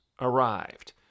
arrived